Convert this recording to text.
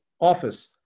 office